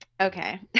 okay